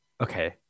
Okay